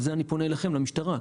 בזה אני פונה אליכם, למשטרה.